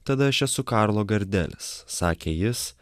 tada aš esu karlo gardelis sakė jis